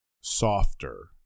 softer